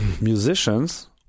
musicians